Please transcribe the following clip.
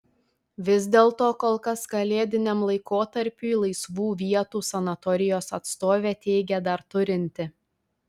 vis dėlto kol kas kalėdiniam laikotarpiui laisvų vietų sanatorijos atstovė teigė dar turinti